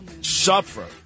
suffer